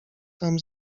tam